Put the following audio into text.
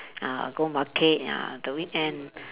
ah go market ya the weekend